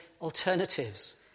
alternatives